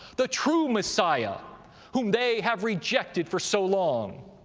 the true messiah whom they have rejected for so long.